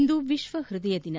ಇಂದು ವಿಶ್ವ ಹೃದಯ ದಿನ